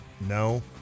No